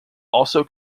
also